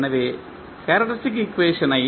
எனவே characteristic equation ஐ